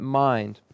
mind